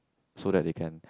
so they can